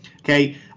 Okay